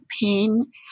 pain